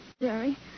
Jerry